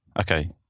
okay